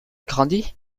grandi